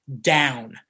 down